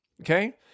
Okay